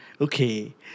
Okay